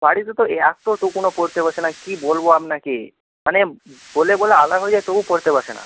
বাড়িতে তো এতটুকুও পড়তে বসে না কী বলব আপনাকে মানে বলে বলে আলা হয়ে যাই তবু পড়তে বসে না